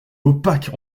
opaque